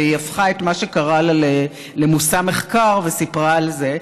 והיא הפכה את מה שקרה לה למושא מחקר וסיפרה על זה.